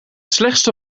slechtste